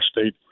state